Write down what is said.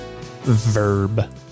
verb